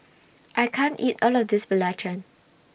I can't eat All of This Belacan